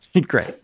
great